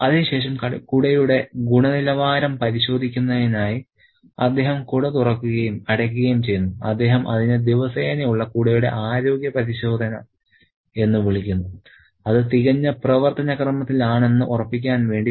അതിനുശേഷം കുടയുടെ ഗുണനിലവാരം പരിശോധിക്കുന്നതിനായി അദ്ദേഹം കുട തുറക്കുകയും അടയ്ക്കുകയും ചെയ്യുന്നു അദ്ദേഹം അതിനെ ദിവസേനയുള്ള കുടയുടെ ആരോഗ്യ പരിശോധന എന്ന് വിളിക്കുന്നു അത് തികഞ്ഞ പ്രവർത്തന ക്രമത്തിലാണെന്ന് ഉറപ്പാക്കാൻ വേണ്ടി